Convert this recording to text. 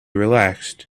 relaxed